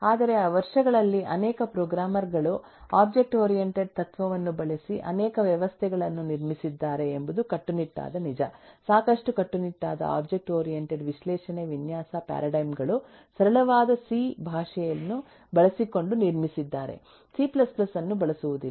ಆದರೆ ವರ್ಷಗಳಲ್ಲಿ ಅನೇಕ ಪ್ರೋಗ್ರಾಮರ್ ಗಳು ಒಬ್ಜೆಕ್ಟ್ ಓರಿಯಂಟೆಡ್ ತತ್ವವನ್ನು ಬಳಸಿ ಅನೇಕ ವ್ಯವಸ್ಥೆಗಳನ್ನು ನಿರ್ಮಿಸಿದ್ದಾರೆ ಎಂಬುದು ಕಟ್ಟುನಿಟ್ಟಾದ ನಿಜ ಸಾಕಷ್ಟು ಕಟ್ಟುನಿಟ್ಟಾದ ಒಬ್ಜೆಕ್ಟ್ ಓರಿಯಂಟೆಡ್ ವಿಶ್ಲೇಷಣೆ ವಿನ್ಯಾಸ ಪ್ಯಾರಾಡೈಮ್ ಗಳು ಸರಳವಾದ ಸಿ ಭಾಷೆಯನ್ನು ಬಳಸಿಕೊಂಡು ನಿರ್ಮಿಸಿದ್ದಾರೆ ಸಿ C ಅನ್ನು ಬಳಸುವುದಿಲ್ಲ